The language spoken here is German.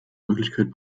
möglichkeit